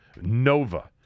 Nova